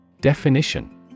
Definition